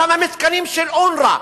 כמה מתקנים של אונר"א,